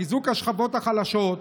חיזוק השכבות החלשות.